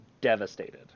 devastated